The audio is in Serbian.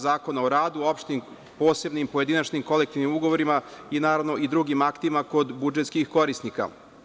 Zakona o radu o opštim, posebnim, pojedinačnim, kolektivnim ugovorima i naravno drugim aktima kod budžetskih korisnika.